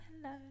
hello